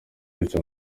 bitya